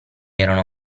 erano